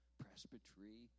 presbytery